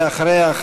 ואחריה,